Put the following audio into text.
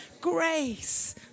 grace